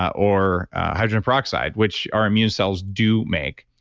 or hydrogen peroxide, which our immune cells do make.